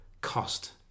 cost